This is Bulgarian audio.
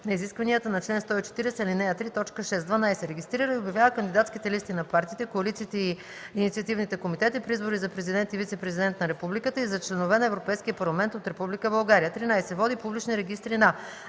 на изискванията на чл. 140, ал. 3, т. 6; 12. регистрира и обявява кандидатските листи на партиите, коалициите и инициативните комитети при избори за президент и вицепрезидент на републиката и за членове на Европейския парламент от Република България; 13. води публични регистри на: